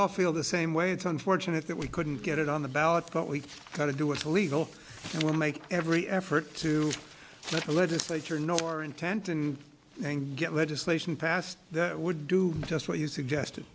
all feel the same way it's unfortunate that we couldn't get it on the ballot but we've got to do is legal and we'll make every effort to let the legislature know our intent and then get legislation passed that would do just what you suggested